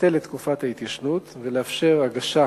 לבטל את תקופת ההתיישנות ולאפשר הגשה